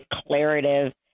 declarative